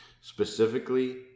specifically